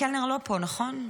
קלנר לא פה, נכון?